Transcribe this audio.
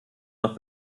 noch